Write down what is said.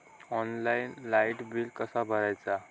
Online light bill कसा भरायचा?